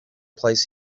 place